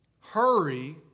hurry